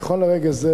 נכון לרגע זה,